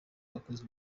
bakozi